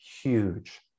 huge